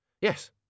Yes